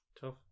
tough